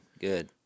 good